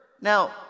Now